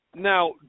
Now